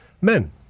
Men